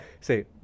Say